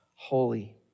holy